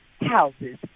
houses